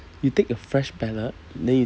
you take a fresh pallet then you